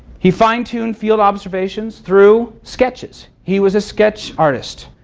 he fine-tuned field observations through sketches. he was a sketch artist.